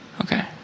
Okay